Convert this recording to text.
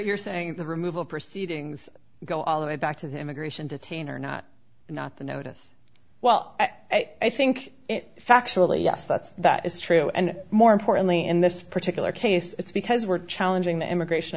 you're saying the removal proceedings go all the way back to the immigration detainer not not the notice well i think it factually yes that's that is true and more importantly in this particular case it's because we're challenging the immigration